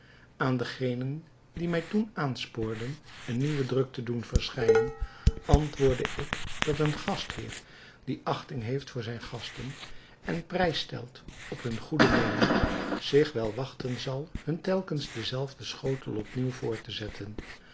aan degenen die mij toen aanspoorden eenen nieuwen druk te doen verschijnen antwoordde ik dat een gastheer die achting heeft voor zijne gasten en prijs stelt op hunne goede meening zich wel wachten zal hun telkens denzelfden schotel op nieuw voor te zetten